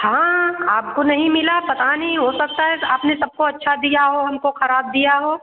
हाँ आपको नहीं मिला पता नहीं हो सकता है आपने सबको अच्छा दिया हो हमको खराब दिया हो